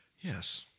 Yes